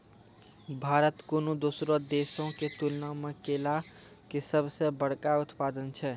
भारत कोनो दोसरो देशो के तुलना मे केला के सभ से बड़का उत्पादक छै